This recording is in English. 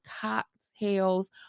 cocktails